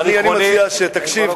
אני מציע שתקשיב,